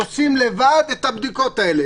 עושים לבד את הבדיקות האלה.